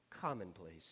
commonplace